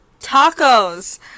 tacos